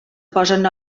posen